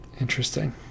Interesting